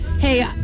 Hey